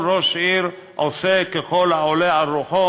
כל ראש עיר עושה ככל העולה על רוחו.